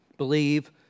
Believe